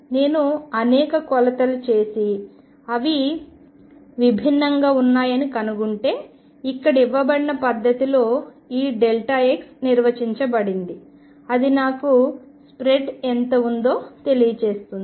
నేను అనేక కొలతలు చేసి అవి విభిన్నంగా ఉన్నాయని కనుగొంటే ఇక్కడ ఇవ్వబడిన పద్ధతిలో ఈ x నిర్వచించబడినది అది నాకు స్ప్రెడ్ ఎంత ఉందో తెలియజేస్తుంది